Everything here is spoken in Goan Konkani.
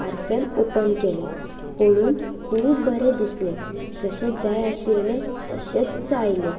पार्सल ओपन केलें पुणून खूब बरें दिसलें जशे जाय आशिल्ले तशेच आयले